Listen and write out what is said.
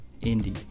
Indy